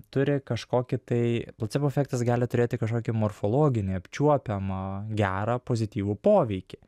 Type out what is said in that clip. turi kažkokį tai placebo efektas gali turėti kažkokį morfologinį apčiuopiamą gerą pozityvų poveikį